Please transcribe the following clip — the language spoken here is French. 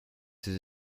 ses